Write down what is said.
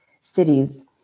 cities